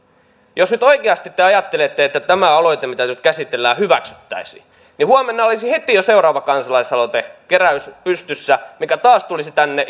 jos nyt oikeasti te ajattelette että tämä aloite mitä nyt käsitellään hyväksyttäisiin niin heti huomenna olisi jo seuraava kansalaisaloitekeräys pystyssä ja taas se tulisi tänne